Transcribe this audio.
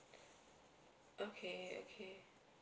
okay okay